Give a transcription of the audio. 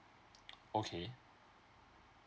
okay